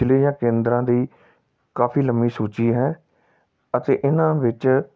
ਜ਼ਿਲ੍ਹੇ ਜਾਂ ਕੇਂਦਰਾਂ ਦੀ ਕਾਫੀ ਲੰਮੀ ਸੂਚੀ ਹੈ ਅਤੇ ਇਹਨਾਂ ਵਿੱਚ